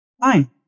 Fine